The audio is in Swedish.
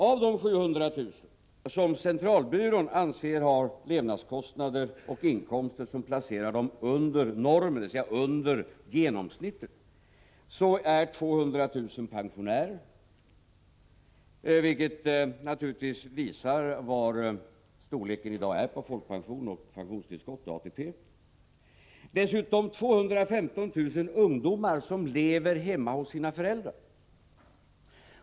Av de 700 000 som centralbyrån anser ha levnadskostnader och inkomster som placerar dem under normen — dvs. under genomsnittet — är 200 000 pensionärer, vilket naturligtvis visar storleken i dag på folkpension, pensionstillskott och ATP. Dessutom är 215 000 ungdomar som lever hemma hos sina föräldrar.